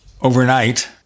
overnight